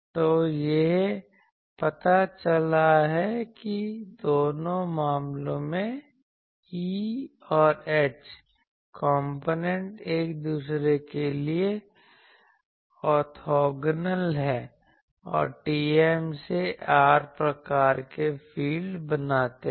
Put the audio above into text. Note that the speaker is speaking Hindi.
तो यह पता चला है कि दोनों मामलों में E और H कॉम्पोनेंट एक दूसरे के लिए ओर्थोगोनल हैं और TM से r प्रकार के फ़ील्ड बनाते हैं